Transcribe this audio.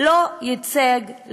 לא ייצג,